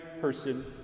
person